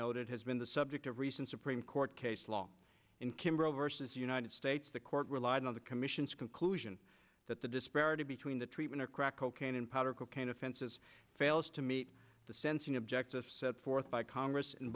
noted has been the subject of recent supreme court case law in kimbrel versus united states the court relied on the commission's conclusion that the disparity between the treatment of crack cocaine and powder cocaine offenses fails to meet the sensing objective set forth by congress